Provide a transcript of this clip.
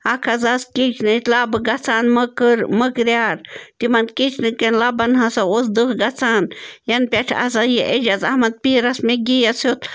اَکھ حظ آسہٕ کِچنٕچ لَبہٕ گژھان مٔکٕر مٔکریٛار تِمَن کِچنہٕ کٮ۪ن لَبَن ہسا اوس دٕہ گژھان یَنہٕ پٮ۪ٹھ ہسا یہِ اعجاز احمد پیٖرَس مےٚ گیس ہیوٚت